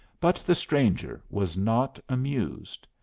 but the stranger was not amused.